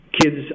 kids